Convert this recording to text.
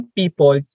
people